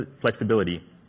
flexibility